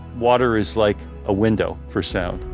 water is like a window for sound.